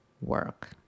work